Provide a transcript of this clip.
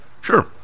Sure